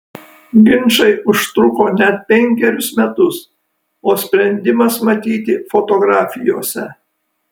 ginčai užtruko net penkerius metus o sprendimas matyti fotografijose